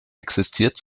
existiert